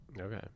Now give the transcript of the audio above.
Okay